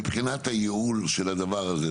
מבחינת הייעול של הדבר הזה,